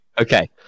okay